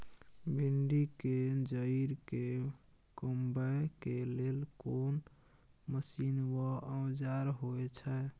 भिंडी के जईर के कमबै के लेल कोन मसीन व औजार होय छै?